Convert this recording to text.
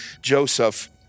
Joseph